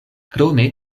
krome